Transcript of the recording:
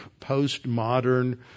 postmodern